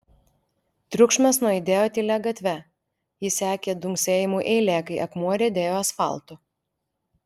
triukšmas nuaidėjo tylia gatve jį sekė dunksėjimų eilė kai akmuo riedėjo asfaltu